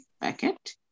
packet